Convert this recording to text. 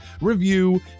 review